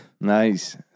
Nice